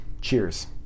Cheers